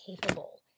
capable